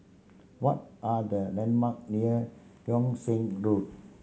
what are the landmark near Yung Sheng Road